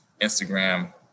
Instagram